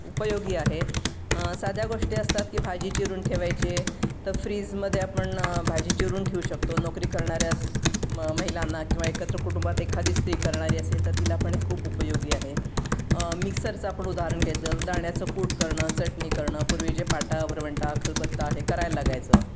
उपयोगी आहे साध्या गोष्टी असतात की भाजी चिरून ठेवायची आहे तर फ्रीजमध्ये आपण भाजी चिरून ठेवू शकतो नोकरी करणाऱ्यास म महिलांना किंवा एकत्र कुटुंबात एखादी स्त्री करणारी असेल तर तिला पण हे खूप उपयोगी आहे मिक्सरचं आपण उदाहरण घेतलं तर दाण्याचं कूट करणं चटणी करणं पूर्वी जे पाटा वरवंटा खलबत्ता हे करायला लागायचं